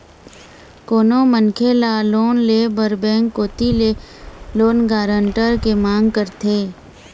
कोनो मनखे ल लोन ले बर बेंक कोती ले लोन गारंटर के मांग करथे